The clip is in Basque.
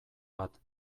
bat